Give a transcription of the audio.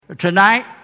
Tonight